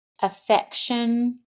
affection